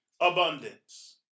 abundance